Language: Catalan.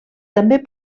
també